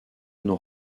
nous